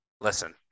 listen